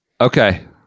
Okay